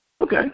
Okay